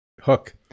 Hook